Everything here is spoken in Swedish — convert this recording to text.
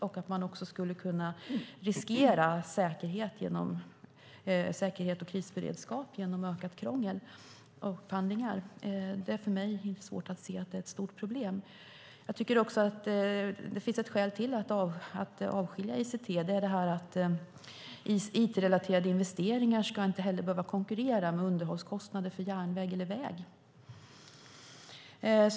Man skulle också kunna riskera säkerhet och krisberedskap genom ökat krångel och upphandlingar. Jag har svårt att se att det är ett stort problem. Jag tycker också att det finns ytterligare ett skäl att avskilja ICT. Det är att it-relaterade investeringar inte ska behöva konkurrera med underhållskostnader för järnväg eller väg.